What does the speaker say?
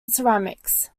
ceramics